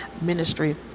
Ministry